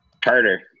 Carter